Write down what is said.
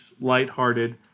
lighthearted